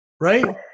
right